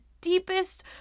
deepest